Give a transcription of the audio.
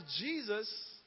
Jesus